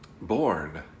born